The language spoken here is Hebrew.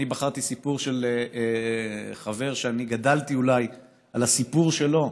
אני בחרתי סיפור של חבר שגדלתי אולי על הסיפור שלו,